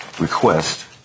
request